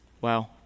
Wow